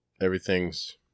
everything's